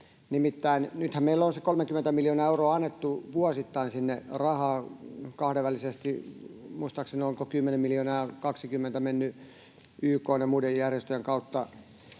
Nimittäin nythän meillä on se 30 miljoonaa euroa annettu vuosittain sinne rahaa kahdenvälisesti, muistaakseni 10 miljoonaa ja 20 miljoonaa mennyt YK:n ja muiden järjestöjen kautta,